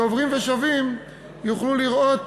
שעוברים ושבים יוכלו לראות